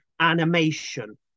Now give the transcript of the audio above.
animation